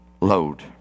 load